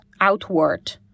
outward